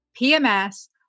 PMS